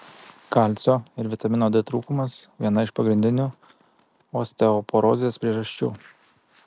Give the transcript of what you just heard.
kalcio ir vitamino d trūkumas viena iš pagrindinių osteoporozės priežasčių